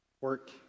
work